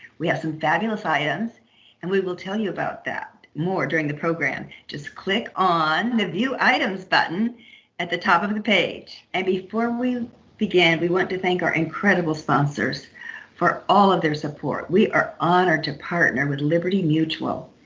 we have some fabulous items and we will tell you about that more during the program just click on the view items button at the top of of the page and before we begin we want to thank our incredible sponsors for all of their support we are honored to partner with liberty mutual